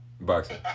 boxing